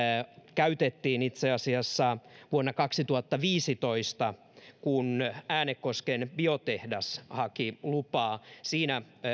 käytettiin itse asiassa vuonna kaksituhattaviisitoista kun äänekosken biotehdas haki lupaa siinä